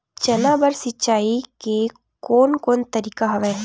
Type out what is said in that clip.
चना बर सिंचाई के कोन कोन तरीका हवय?